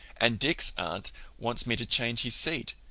and dick's aunt wants me to change his seat,